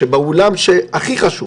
שבאולם הכי חשוב